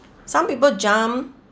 some people jump